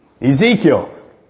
Ezekiel